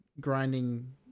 grinding